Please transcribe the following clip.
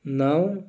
نَو